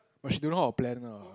but she don't know how to plan lah